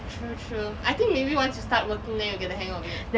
true true I think maybe once you start working then you get the hang of it